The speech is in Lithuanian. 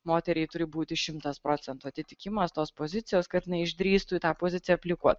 moteriai turi būti šimtas procentų atitikimas tos pozicijos kad jinai išdrįstų į tą poziciją aplikuot